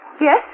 Yes